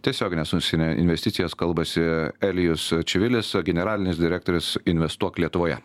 tiesiogines užsienio investicijas kalbasi elijus čivilis generalinis direktorius investuok lietuvoje